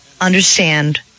understand